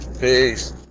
peace